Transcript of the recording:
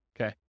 Okay